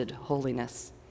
holiness